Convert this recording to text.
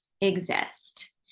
exist